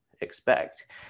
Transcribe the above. expect